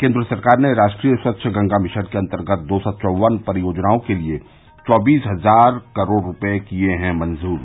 केन्द्र सरकार ने राष्ट्रीय स्वच्छ गंगा मिशन के अंतर्गत दो सौ चौवन परियोजनाओं के लिए चौबीस हजार करोड़ रुपये किया है मंजूर